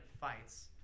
fights